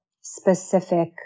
specific